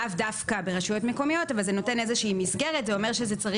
לאו דווקא ברשויות מקומיות אבל זה נותן איזו שהיא מסגרת וזה אומר שצריך